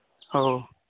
ᱚᱻ